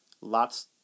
Lots